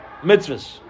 mitzvahs